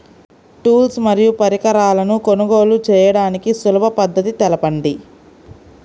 Tools మరియు పరికరాలను కొనుగోలు చేయడానికి సులభ పద్దతి తెలపండి?